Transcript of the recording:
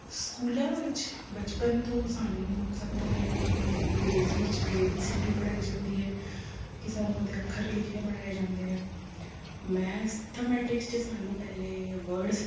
ਸਕੂਲਾਂ ਵਿੱਚ ਬਚਪਨ ਤੋਂ ਸਾਨੂੰ ਸਭ ਤੋਂ ਪਹਿਲੇ ਅੰਗਰੇਜ਼ੀ 'ਚ ਏ ਬੀ ਸੀ ਡੀ ਪੜ੍ਹਾਈ ਜਾਂਦੀ ਹੈ ਕਿ ਸਾਨੂੰ ਉਹਦੇ ਅੱਖਰ ਲਿਖਣੇ ਪੜ੍ਹਾਏ ਜਾਂਦੇ ਹੈ ਮੈਂਸਥਾਮੈਟਿਕਸ 'ਚ ਸਾਨੂੰ ਪਹਿਲੇ ਵਰਡਸ